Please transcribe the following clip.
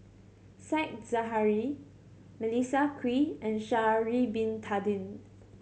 Said Zahari Melissa Kwee and Sha'ari Bin Tadin